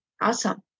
awesome